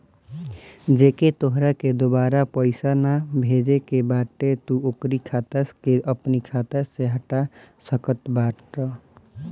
जेके तोहरा के दुबारा पईसा नाइ भेजे के बाटे तू ओकरी खाता के अपनी खाता में से हटा सकत बाटअ